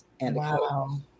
Wow